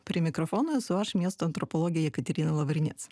prie mikrofono esu aš miesto antropologė jekaterina lavrinec